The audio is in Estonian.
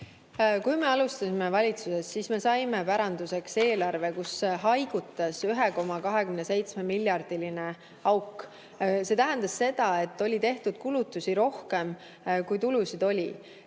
Kui me alustasime valitsuses, siis me saime päranduseks eelarve, kus haigutas 1,27-miljardiline auk. See tähendas seda, et oli tehtud kulutusi rohkem, kui tulusid oli.